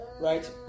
Right